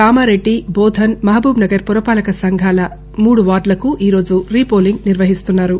కామారెడ్డి బోధన్ మహబూబ్నగర్ పురపాలక సంఘాల్లో మూడు వార్డలకు ఈ రోజు రీపోలింగ్ నిర్వహిస్తున్నారు